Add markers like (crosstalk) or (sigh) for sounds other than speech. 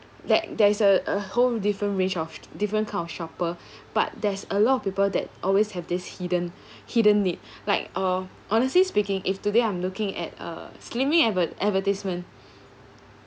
that there is a a (breath) whole different range of different kind of shopper (breath) but there's a lot of people that always have this hidden (breath) hidden need like (breath) uh honestly speaking if today I'm looking at a slimming advert advertisement